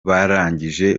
barangije